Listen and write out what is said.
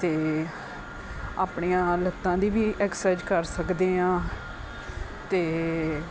ਅਤੇ ਆਪਣੀਆਂ ਲੱਤਾਂ ਦੀ ਵੀ ਐਕਸਰਸਾਈਜ਼ ਕਰ ਸਕਦੇ ਹਾਂ ਅਤੇ